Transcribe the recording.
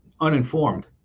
uninformed